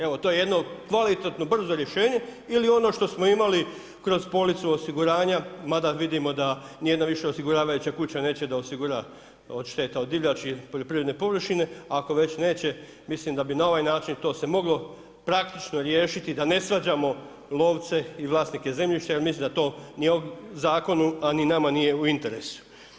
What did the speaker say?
Evo to je jedno kvalitetno, brzo rješenje ili ono što imali kroz policu osiguranja mada vidimo da nijedna više osiguravajuća kuća neće da osigura od šteta od divljači poljoprivredne površine, ako već neće, mislim da bi na ovaj način to se moglo praktično riješiti da ne svađamo lovce i vlasnike zemljišta jer mislim da to ni ovim zakonom a ni nama nije u interesu.